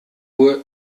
uhr